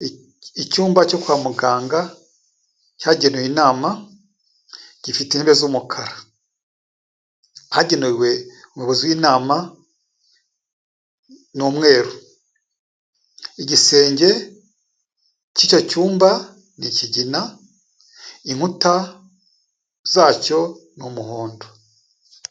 Icyumba cyo kwa muganga cyagenewe inama gifite intebe z'umukara. Ahagenewe umuyobozi w'inama ni umwe, igisenge cy'icyo cyumba ni ikigina, inkuta za cyo ni umuhondo.